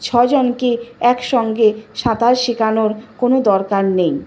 ছজনকে একসঙ্গে সাঁতার শেখানোর কোনো দরকার নেই